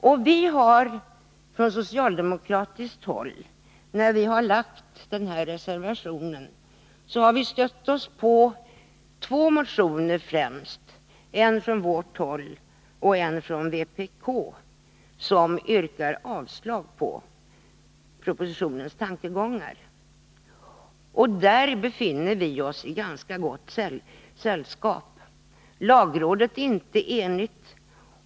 När vi från socialdemokratiskt håll har lagt fram vår reservation, har vi stött oss på främst två motioner, en från vårt håll och en från vpk, som yrkar avslag på propositionens tankegångar. Vi befinner oss därvid i ganska gott sällskap. Lagrådet är inte enigt.